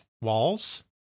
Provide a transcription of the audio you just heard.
Walls